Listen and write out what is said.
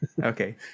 Okay